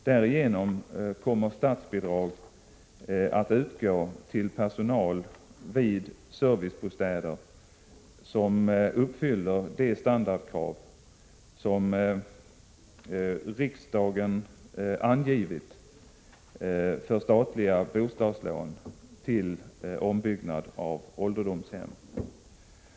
Därigenom kommer statsbidrag att utgå till personal vid servicebostäder som uppfyller de standardkrav som riksdagen angivit för statliga bostadslån till ombyggnad av ålderdomshem.